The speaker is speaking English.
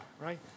right